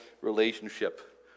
relationship